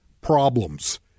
problems